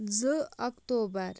زٕ اکتوبر